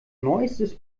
neuestes